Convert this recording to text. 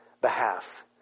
behalf